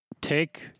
take